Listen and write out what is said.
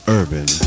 urban